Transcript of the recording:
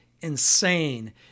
insane